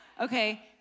okay